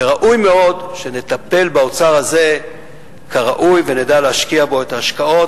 וראוי מאוד שנטפל באוצר הזה כראוי ונדע להשקיע בו את ההשקעות,